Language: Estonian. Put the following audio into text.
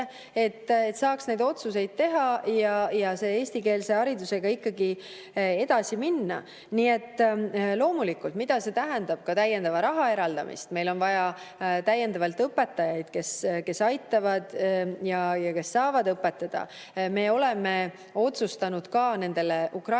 et saaks neid otsuseid teha ja eestikeelse haridusega ikkagi edasi minna. Nii et mida see tähendab? Loomulikult ka täiendava raha eraldamist, meil on vaja täiendavalt õpetajaid, kes aitavad ja kes saavad õpetada. Me oleme otsustanud ka Ukraina